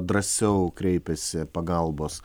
drąsiau kreipiasi pagalbos